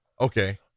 okay